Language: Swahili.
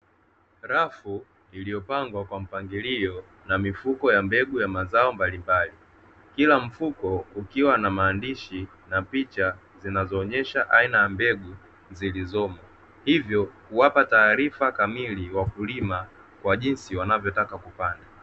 Rafu iliyopangwa kwa mpangilio na mifuko ya mbegu ya mazao mbalimbali, kila mfuko ukiwa na maandishi na picha zinazoonesha aina ya mbegu zilizomo, hivyo kuwapa taarifa kamili wakulima kwa jinsi wanavyotaka kupanda.